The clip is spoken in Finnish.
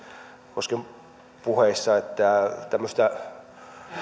myllykosken puheissa että tämmöistä